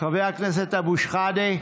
חבר הכנסת אבו שחאדה,